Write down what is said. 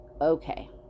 okay